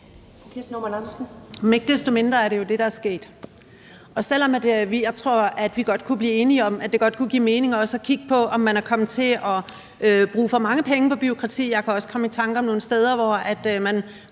desto mindre er det jo det, der er sket. Selv om jeg tror, vi godt kunne blive enige om, at det godt kunne give mening også at kigge på, om man er kommet til at bruge for mange penge på bureaukrati – jeg kan også komme i tanker om nogle steder, hvor man